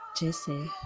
Jesse